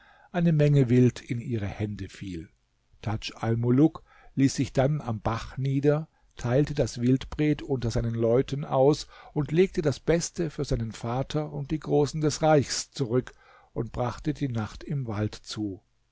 eine menge wild in ihre hände fiel tadj almuluk ließ sich dann am bach nieder teilte das wildpret unter seinen leuten aus legte das beste für seinen vater und die großen des reichs zurück und brachte die nacht im wald zu